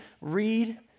Read